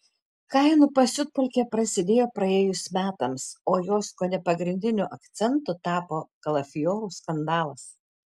kainų pasiutpolkė prasidėjo praėjus metams o jos kone pagrindiniu akcentu tapo kalafiorų skandalas